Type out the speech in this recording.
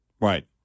Right